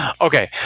Okay